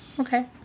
Okay